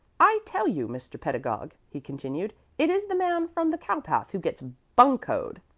i tell you, mr. pedagog, he continued, it is the man from the cowpath who gets buncoed.